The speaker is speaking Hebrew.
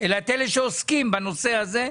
אלא את אלה שעוסקים בנושא הזה.